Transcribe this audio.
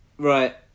Right